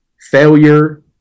Failure